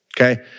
Okay